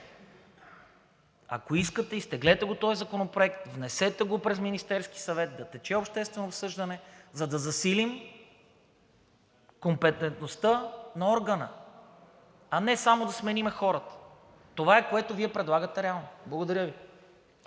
Ако искате, изтеглете го този законопроект, внесете го през Министерския съвет, да тече обществено обсъждане, за да засилим компетентността на органа, а не само да сменим хората. Това е, което Вие предлагате реално. Благодаря Ви.